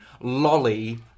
lolly